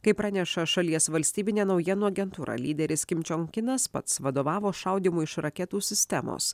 kaip praneša šalies valstybinė naujienų agentūra lyderis kim džiong kinas pats vadovavo šaudymui iš raketų sistemos